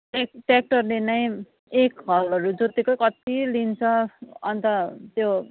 take ट्र्याक्टरले नै एक हलहरू जोतेकै कति लिन्छ अन्त त्यो